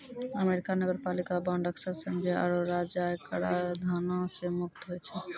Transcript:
America नगरपालिका bond अक्सर संघीय आरो राज्य आय कराधानो से मुक्त होय छै